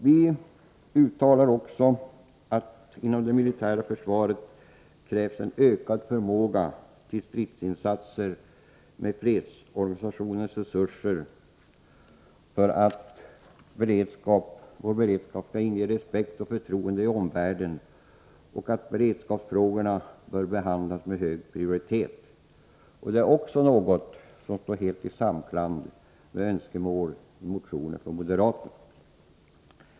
Vi uttalar också att det inom det militära försvaret krävs en ökad förmåga till stridsinsatser med fredsorganisationens resurser för att vår beredskap skallinge respekt och förtroende i omvärlden och att beredskapsfrågorna bör behandlas med hög prioritet. Det är också något som står helt i samklang med önskemål i motioner från moderaterna.